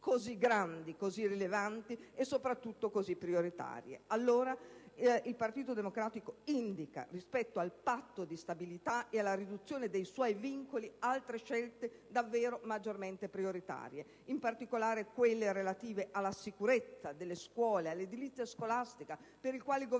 così grandi, così rilevanti e soprattutto così prioritarie. Allora, il Partito Democratico indica, rispetto al Patto di stabilità e alla riduzione dei suoi vincoli, altre scelte davvero maggiormente prioritarie, in particolare quelle relative alla sicurezza delle scuole e all'edilizia scolastica, per cui il Governo